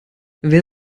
wer